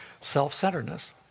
self-centeredness